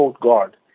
God